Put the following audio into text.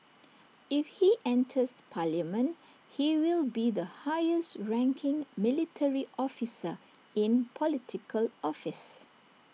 if he enters parliament he will be the highest ranking military officer in Political office